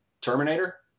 Terminator